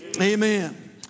Amen